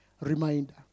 reminder